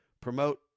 promote